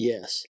Yes